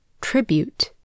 tribute